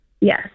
Yes